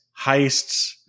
heists